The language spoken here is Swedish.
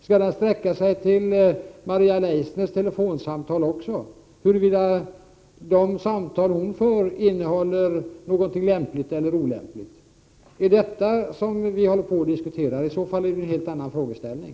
Skall den rätten sträcka sig även till Maria Leissners telefonsamtal, dvs. att televerket skulle få rätt att kontrollera om det hon säger är lämpligt eller olämpligt? Om det är detta vi håller på och diskuterar, har vi kommit in på en helt annan frågeställning.